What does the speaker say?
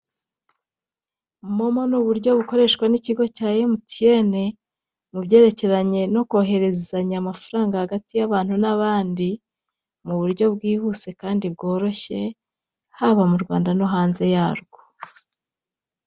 Momo ni uburyo bukoreshwa n'ikigo cya emutiyene mu byerekeranye no koherezanya amafaranga hagati y'abantu n'abandi mu buryo bwihuse kandi bworoshye haba mu Rwanda no hanze yarwo.